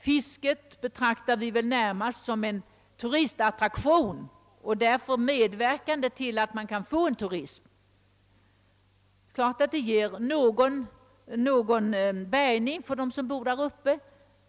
Fisket betraktar vi väl närmast som en turistattraktion och därför bidragande till turismen, och det är klart att det ger en viss bärgning för dem, som bor där uppe.